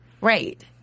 Right